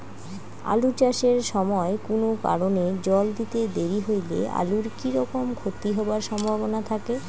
আলু চাষ এর সময় কুনো কারণে জল দিতে দেরি হইলে আলুর কি রকম ক্ষতি হবার সম্ভবনা থাকে?